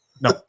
No